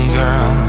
girl